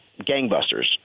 gangbusters